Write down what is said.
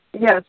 Yes